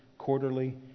Quarterly